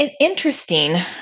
interesting